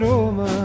Roma